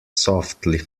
softly